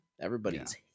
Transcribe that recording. everybody's